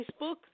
Facebook